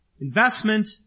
Investment